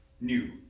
new